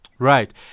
Right